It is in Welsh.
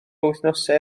wythnosau